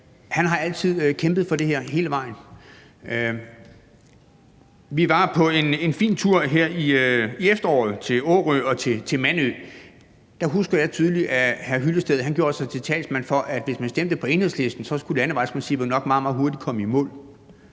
for, har altid kæmpet for det her hele vejen igennem. Vi var på en fin tur her i efteråret til Årø og til Mandø, og der husker jeg tydeligt, at hr. Henning Hyllested gjorde sig til talsmand for, at hvis man stemte på Enhedslisten, skulle landevejsprincippet nok meget, meget hurtigt komme i mål.